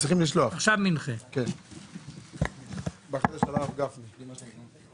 הישיבה ננעלה בשעה 13:58.